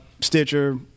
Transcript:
Stitcher